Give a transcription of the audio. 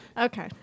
okay